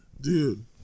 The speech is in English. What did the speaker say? Dude